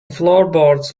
floorboards